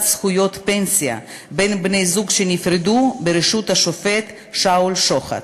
זכויות פנסיה בין בני-זוג שנפרדו בראשות השופט שאול שוחט.